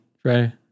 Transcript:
Try